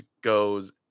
goes